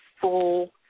full